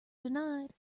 denied